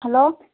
hello